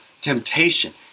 temptation